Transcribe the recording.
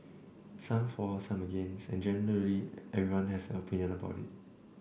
some for some against and generally everyone has an opinion about it